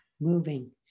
Moving